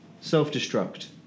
self-destruct